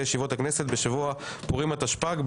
ישיבות הכנסת בשבוע פורים התשפ"ג,